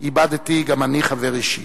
איבדתי גם אני חבר אישי.